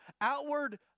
outward